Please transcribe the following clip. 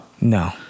No